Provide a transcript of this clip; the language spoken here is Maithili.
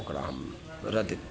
ओकरा हम रद्द